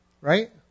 Right